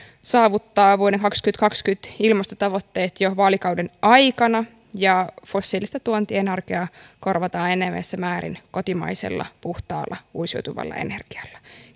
saavuttaa vuoden kaksituhattakaksikymmentä ilmastotavoitteet jo vaalikauden aikana ja fossiilista tuontienergiaa korvataan enenevässä määrin kotimaisella puhtaalla uusiutuvalla energialla